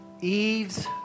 Eve's